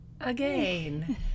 again